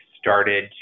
started